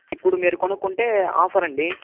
ఇప్పుడు మీరు కొనుక్కుంటే ఆఫర్ అండి